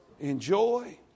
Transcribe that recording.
Enjoy